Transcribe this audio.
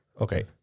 Okay